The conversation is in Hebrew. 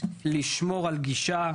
לשמור על גישה.